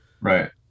Right